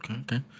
Okay